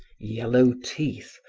yellow teeth,